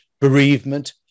bereavement